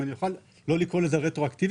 אם אני אוכל לא לקרוא לזה רטרואקטיבית,